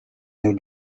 new